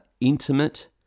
intimate